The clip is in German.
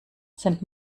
sind